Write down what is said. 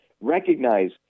recognize